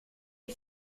les